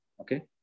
Okay